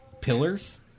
pillars